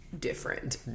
different